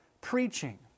preaching